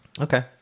Okay